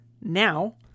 now